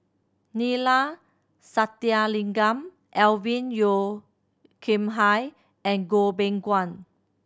Neila Sathyalingam Alvin Yeo Khirn Hai and Goh Beng Kwan